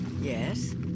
Yes